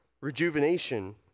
rejuvenation